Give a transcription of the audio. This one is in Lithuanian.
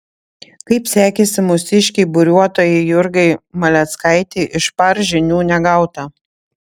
kaip sekėsi mūsiškei buriuotojai jurgai maleckaitei iš par žinių negauta